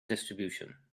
distribution